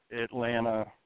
Atlanta